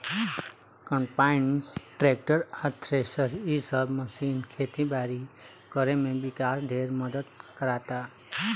combine, tractor आ thresher इ सब मशीन खेती बारी करे में किसान ढेरे मदद कराता